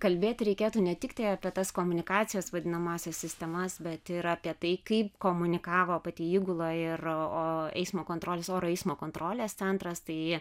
kalbėti reikėtų ne tiktai apie tas komunikacijos vadinamąsias sistemas bet ir apie tai kaip komunikavo pati įgula ir o eismo kontrolės oro eismo kontrolės centras tai